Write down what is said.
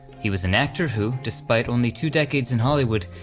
he was an actor who, despite only two decades in hollywood,